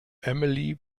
amelie